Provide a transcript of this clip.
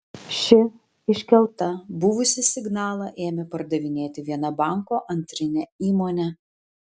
ši iškelta buvusį signalą ėmė pardavinėti viena banko antrinė įmonė